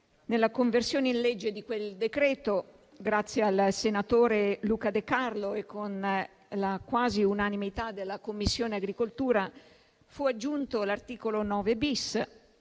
Nella conversione in legge di quel decreto-legge, grazie al senatore Luca De Carlo e con la quasi unanimità della Commissione agricoltura, fu aggiunto l'articolo 9-*bis*